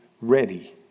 ready